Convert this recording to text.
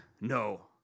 no